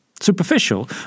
Superficial